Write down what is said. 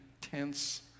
tense